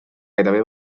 gairebé